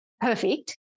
perfect